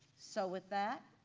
so with that.